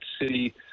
city